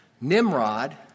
Nimrod